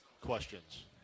questions